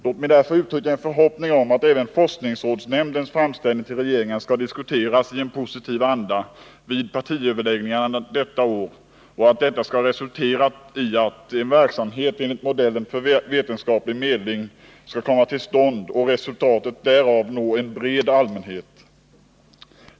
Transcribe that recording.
Låt mig därför uttrycka en förhoppning om att även forskningsrådsnämndens framställning till regeringen skall diskuteras i en positiv anda vid partiöverläggningarna detta år och att detta skall resultera i att verksamhet enligt modellen för vetenskaplig medling skall komma till stånd och resultatet därav nå en bred allmänhet.